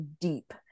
deep